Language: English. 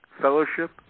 fellowship